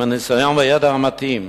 עם הניסיון והידע המתאים,